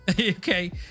okay